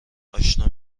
آشنا